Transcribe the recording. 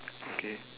okay